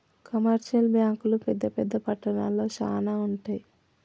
commercial బ్యాంకులు పెద్ద పెద్ద పట్టణాల్లో శానా ఉంటయ్